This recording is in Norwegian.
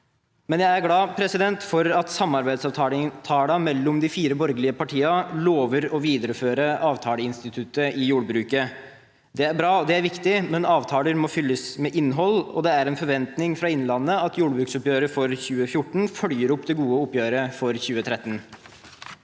Men jeg er glad for at samarbeidsavtalen mellom de fire borgerlige partiene lover å videreføre avtaleinstituttet i jordbruket. Det er bra, og det er viktig, men avtaler må fylles med innhold, og det er en forventning fra innlandet at jordbruksoppgjøret for 2014 følger opp det gode oppgjøret for 2013.